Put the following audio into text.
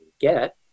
get